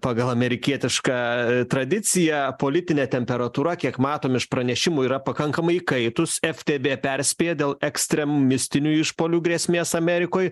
pagal amerikietišką tradiciją politinė temperatūra kiek matom iš pranešimų yra pakankamai įkaitus ftb perspėja dėl ekstremistinių išpuolių grėsmės amerikoj